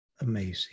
amazing